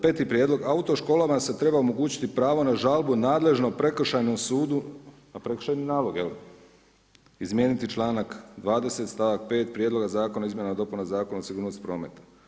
5. prijedlog, autoškolama se treba omogućiti pravo na žalbu nadležnom prekršajnom sudu, pa prekršajni nalog, je li, izmijeniti članak 20. stavak 5. Prijedloga zakona o Izmjenama i dopunama Zakona o sigurnosti prometa.